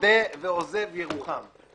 מודה ועוזב ירוחם.